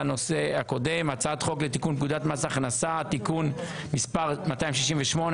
הצעת חוק לתיקון פקודת מס הכנסה (תיקון מס' 268),